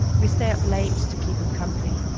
we stay up late to keep him company.